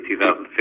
2015